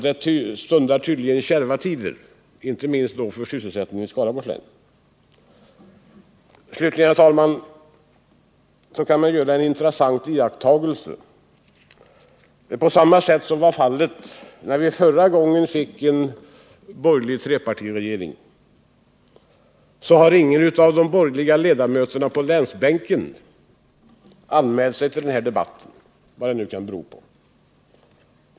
Det stundar tydligen kärva tider för sysselsättningen, inte minst i Skaraborgs län. Slutligen, herr talman, vill jag säga att man kan göra en intressant iakttagelse. Liksom förra gången då vi fått en borgerlig trepartiregering har ingen av de borgerliga ledamöterna på länsbänken anmält sig till den allmänpolitiska debatten — vad det nu kan bero på.